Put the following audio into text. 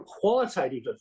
qualitative